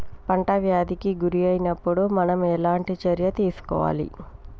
పంట వ్యాధి కి గురి అయినపుడు మనం ఎలాంటి చర్య తీసుకోవాలి?